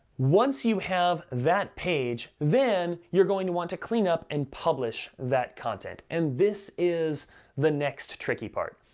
once you have that page, then you're going to want to clean up and publish that content, and this is the next tricky part.